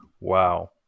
Wow